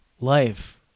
life